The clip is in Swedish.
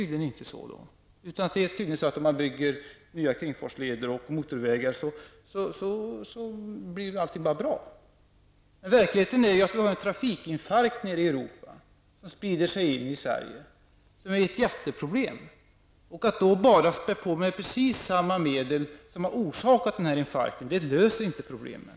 Det anses tydligen vara så att om man bygger nya kringfartsleder och motorvägar så kommer allt att bli bra. I verkligheten har vi en trafikinfarkt nere i Europa, som sprider sig in i Sverige. Det är ett mycket stort problem. Om man bara spär på med precis samma medel som som har orsakat infarkten, löser man inte problemen.